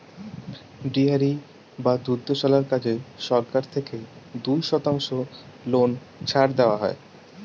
dairy বা দুগ্ধশালার কাজে সরকার থেকে দুই শতাংশ লোন ছাড় দেওয়া হয়